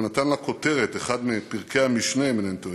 ונתן לה כותרת, אחד מפרקי המשנה, אם איני טועה,